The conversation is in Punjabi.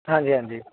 ਹਾਂਜੀ ਹਾਂਜੀ